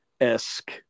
esque